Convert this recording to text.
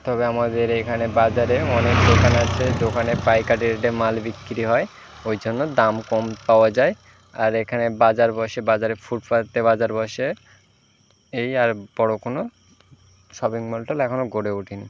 তবে আমাদের এখানে বাজার অনেক দোকান আছে দোকানে পাইকারি রেটে মাল বিক্রি হয় ওই জন্য দাম কম পাওয়া যায় আর এখানে বাজার বসে বাজারে ফুটপাতে বাজার বসে এই আর বড়ো কোনো শপিং মল টল এখনো গড়ে ওঠে নি